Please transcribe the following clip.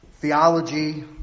Theology